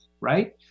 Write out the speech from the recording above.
right